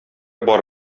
бар